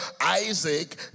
Isaac